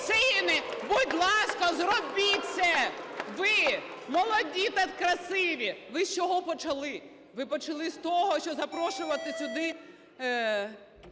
ціни, будь ласка, зробіть це. Ви, молоді та красиві, ви з чого почали? Ви почали з того, що запрошувати сюди